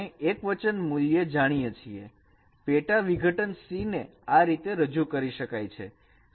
આપણે એક વચન મૂલ્ય જાણીએ છીએ પેટાવિઘટન C ને આ રીતે રજૂ કરી શકાય છે